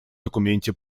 документе